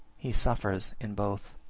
he suffers in both.